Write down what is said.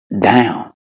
down